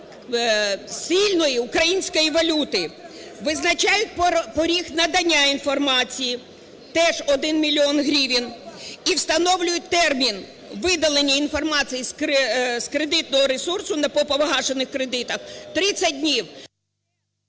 сильної української валюти. Визначають поріг надання інформації, теж 1 мільйон гривень, і встановлюють термін видалення інформації з кредитного ресурсу по непогашених кредитах 30 днів.